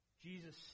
Jesus